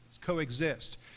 coexist